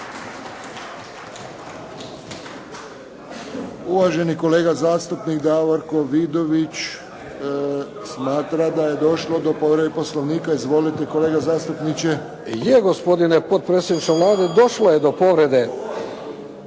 Uvaženi kolega zastupnik Davorko Vidović smatra da je došlo do povrede Poslovnika. Izvolite kolega zastupniče. **Vidović, Davorko (SDP)** Je gospodine potpredsjedniče Vlade, došlo je do povrede